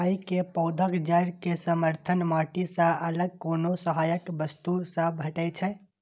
अय मे पौधाक जड़ कें समर्थन माटि सं अलग कोनो सहायक वस्तु सं भेटै छै